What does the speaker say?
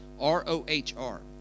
R-O-H-R